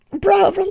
bro